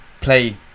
play